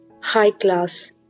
high-class